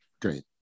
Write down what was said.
Great